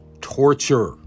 torture